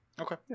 Okay